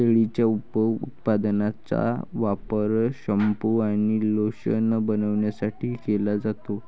शेळीच्या उपउत्पादनांचा वापर शॅम्पू आणि लोशन बनवण्यासाठी केला जातो